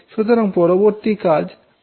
সুতরাং পরবর্তী কাজ আমাদের কি করতে হবে